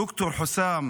למרות כל הפגזים ד"ר חוסאם